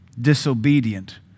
disobedient